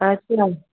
अच्छा